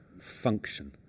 function